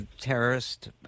terrorist